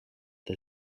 the